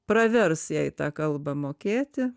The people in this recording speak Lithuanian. pravers jai tą kalbą mokėti